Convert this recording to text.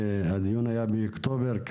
הדיון היה באוקטובר,